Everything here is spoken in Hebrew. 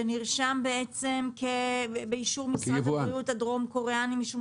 שנרשם בעצם באישור משרד הבריאות הדרום-קוריאני משום